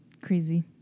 Crazy